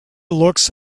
looks